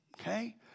Okay